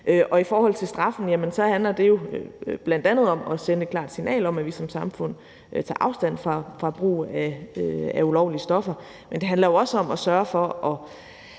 I forhold til straffen handler det jo bl.a. om at sende et klart signal om, at vi som samfund tager afstand fra brug af ulovlige stoffer, men det handler jo også om at sørge for at